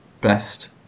best